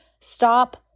Stop